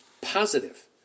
positive